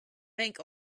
bank